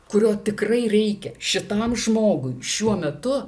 kurio tikrai reikia šitam žmogui šiuo metu